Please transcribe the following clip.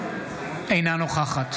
אינה נוכחת